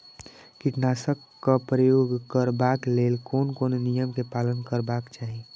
कीटनाशक क प्रयोग करबाक लेल कोन कोन नियम के पालन करबाक चाही?